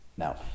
Now